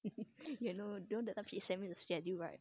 you know that time she sent me the schedule right